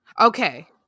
Okay